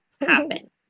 happen